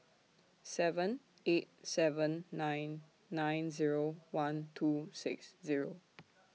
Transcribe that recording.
seven eight seven nine nine Zero one two six Zero